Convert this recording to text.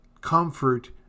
comfort